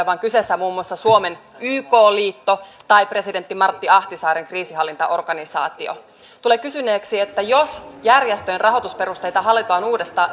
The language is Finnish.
vaan kyseessä on muun muassa suomen yk liitto tai presidentti martti ahtisaaren kriisinhallintaorganisaatio tulee kysyneeksi että jos järjestöjen rahoitusperusteita